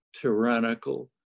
tyrannical